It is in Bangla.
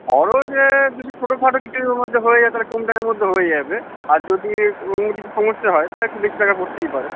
খরচ যদি ছোটখাটো কিছুর মধ্যে হয়ে যায় তাহলে কম টাকার মধ্যে হয়ে যাবে আর যদি এ অন্য কিছু সমস্যা হয় তাহলে একটু বেশি টাকা পড়তেই পারে